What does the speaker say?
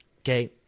Okay